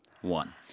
one